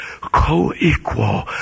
co-equal